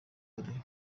rayon